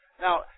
Now